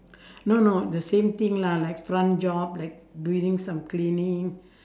no no the same thing lah like front job like doing some cleaning